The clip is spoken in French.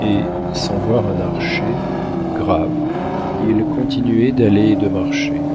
et sans voir un archer grave il continuait d'aller et de marcher